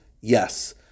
yes